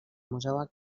museu